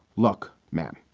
look, man,